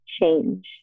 change